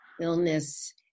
illness